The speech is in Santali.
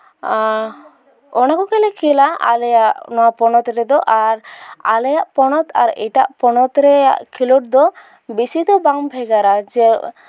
ᱟᱨ ᱚᱱᱟ ᱠᱚᱜᱮᱞᱮ ᱠᱷᱮᱞᱼᱟ ᱟᱨ ᱟᱞᱮᱭᱟᱜ ᱚᱱᱟ ᱯᱚᱱᱚᱛ ᱨᱮᱫᱚ ᱟᱨ ᱟᱞᱮᱭᱟᱜ ᱯᱚᱱᱚᱛ ᱟᱨ ᱮᱴᱟᱜ ᱯᱚᱱᱚᱛ ᱨᱮᱭᱟᱜ ᱠᱷᱮᱞᱳᱰ ᱫᱚ ᱵᱮᱥᱤ ᱫᱚ ᱵᱟᱝ ᱵᱷᱮᱜᱟᱨᱟ ᱡᱮ